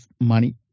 money